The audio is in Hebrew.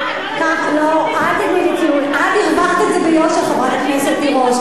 אה, לא לתת לך ציונים, לא, אל תיתני לי ציונים.